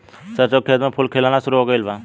सरसों के खेत में फूल खिलना शुरू हो गइल बा